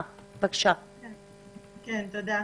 תודה.